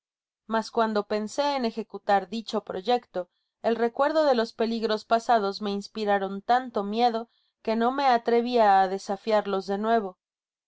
mas cuando pensé en ejecutar dicho proyecto el recuerdo de los peligros pasados me inspiraron tanto miedo que no me atrevia á desafiarlos de nuevo